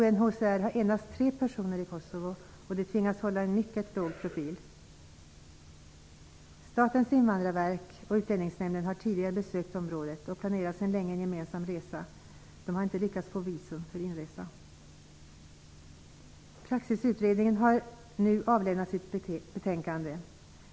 UNHCR har endast tre personer i Kosovo, och de tvingas hålla en mycket låg profil. Statens invandrarverk och Utlänningsnämnden har tidigare besökt området och planerar sedan länge en gemensam resa. De har inte lyckats få visum för inresa. Praxisutredningen har nu avlämnat sitt betänkande.